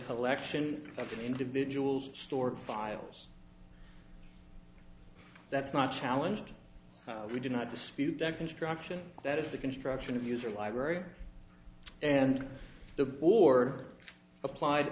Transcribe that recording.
collection of individuals stored files that's not challenged we do not dispute that construction that is the construction of user library and the board applied